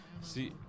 See